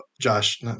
Josh